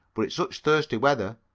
but it's such thirsty weather.